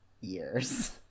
years